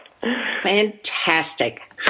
fantastic